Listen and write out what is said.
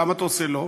למה אתה עושה "לא"?